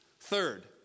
Third